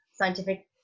scientific